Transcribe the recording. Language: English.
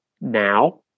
now